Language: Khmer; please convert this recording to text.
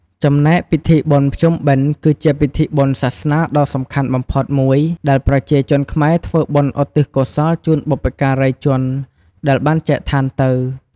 ចំណែក ពិធីបុណ្យភ្ជុំបិណ្ឌ គឺជាពិធីបុណ្យសាសនាដ៏សំខាន់បំផុតមួយ ដែលប្រជាជនខ្មែរធ្វើបុណ្យឧទ្ទិសកុសលជូនបុព្វការីជនដែលបានចែកឋានទៅ។